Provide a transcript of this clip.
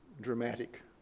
dramatic